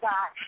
God